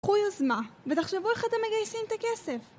קחו יוזמה, ותחשבו איך אתם מגייסים את הכסף